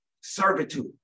servitude